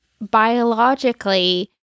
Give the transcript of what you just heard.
biologically